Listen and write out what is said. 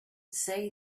see